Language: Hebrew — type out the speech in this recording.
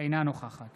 אינה נוכחת